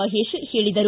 ಮಹೇಶ್ ಹೇಳಿದರು